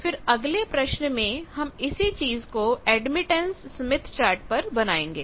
फिर अगले प्रश्न में हम इसी चीज को एडमिटेंस स्मिथ चार्ट पर बनाएंगे